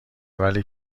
ولی